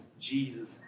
Jesus